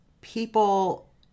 people